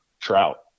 trout